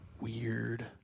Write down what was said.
weird